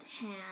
hand